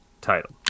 title